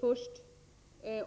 Först